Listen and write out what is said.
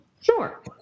Sure